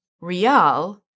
Rial